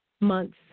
months